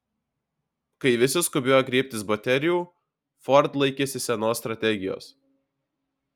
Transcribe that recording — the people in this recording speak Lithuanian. kai visi skubėjo griebtis baterijų ford laikėsi senos strategijos